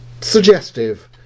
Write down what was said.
suggestive